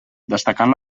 destacant